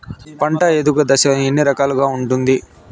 పంట ఎదుగు దశలు ఎన్ని రకాలుగా ఉంటుంది?